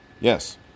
Yes